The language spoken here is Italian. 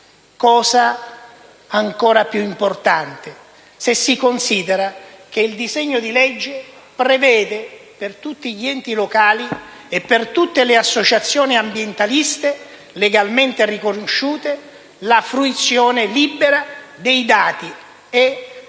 cosa ancora più importante, se si considera che il disegno di legge prevede, per tutti gli enti locali e per tutte le associazioni ambientaliste legalmente riconosciute, la fruizione libera dei dati e